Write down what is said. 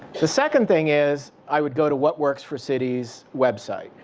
the second thing is i would go to what works for cities website.